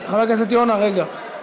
חבר הכנסת יונה, רגע.